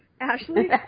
Ashley